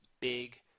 Big